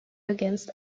against